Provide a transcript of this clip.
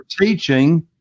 teaching